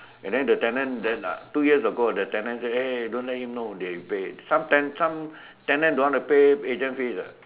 and then the tenant then uh two years ago the tenant say eh don't let him know they paid some ten~ some tenant don't want to pay agent fees ah